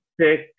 pick